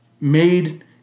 made